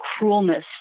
cruelness